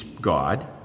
God